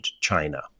China